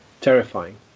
terrifying